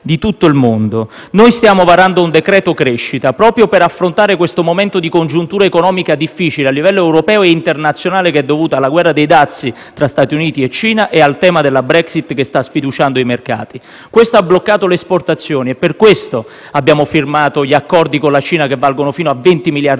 di tutto il mondo. Noi stiamo varando un decreto crescita proprio per affrontare questo momento di congiuntura economica difficile a livello europeo e internazionale, dovuto alla guerra dei dazi tra Stati Uniti e Cina e al tema della Brexit, che sta sfiduciando i mercati. Questo ha bloccato le esportazioni e, per questo, abbiamo firmato gli accordi con la Cina, che valgono fino a venti miliardi